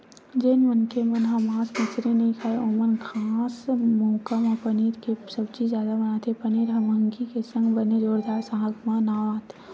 जेन मनखे मन ह मांस मछरी नइ खाय ओमन खास मउका म पनीर के सब्जी जादा बनाथे पनीर ह मंहगी के संग बने जोरदार साग म नांव आथे